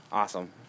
Awesome